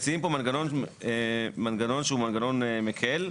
מציעים פה מנגנון שהוא מנגנון מקל,